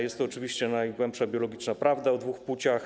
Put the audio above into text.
Jest to oczywiście najgłębsza biologiczna prawda o dwóch płciach.